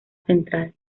central